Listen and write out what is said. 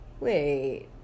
wait